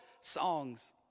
songs